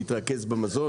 נתרכז במזון.